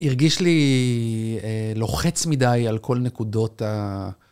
הרגיש לי לוחץ מדי על כל נקודות ה...